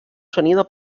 sonido